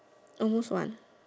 almost one